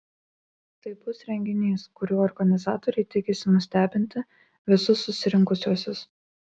tai bus renginys kuriuo organizatoriai tikisi nustebinti visus susirinkusiuosius